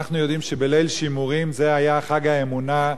אנחנו יודעים שבליל השימורים היה חג האמונה,